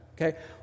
okay